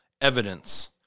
evidence